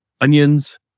onions